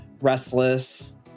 Restless